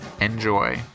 Enjoy